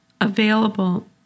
available